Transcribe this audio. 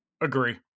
Agree